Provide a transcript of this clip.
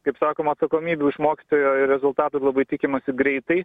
kaip sakoma atsakomybių iš mokytojo ir rezultatų labai tikimasi greitai